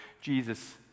Jesus